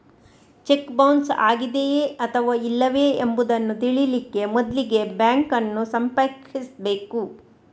check bounce ಆಗಿದೆಯೇ ಅಥವಾ ಇಲ್ಲವೇ ಎಂಬುದನ್ನ ತಿಳೀಲಿಕ್ಕೆ ಮೊದ್ಲಿಗೆ ಬ್ಯಾಂಕ್ ಅನ್ನು ಸಂಪರ್ಕಿಸ್ಬೇಕು